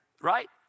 right